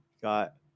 got